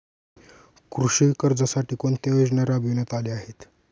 कृषी कर्जासाठी कोणत्या योजना राबविण्यात आल्या आहेत?